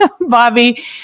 Bobby